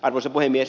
arvoisa puhemies